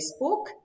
Facebook